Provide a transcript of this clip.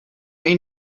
این